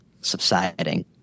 subsiding